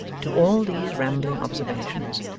to all these rambling observations,